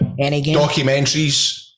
documentaries